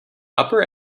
upper